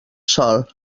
sol